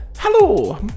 Hello